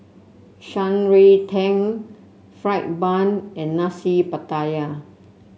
Shan Rui Tang fried bun and Nasi Pattaya